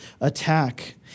attack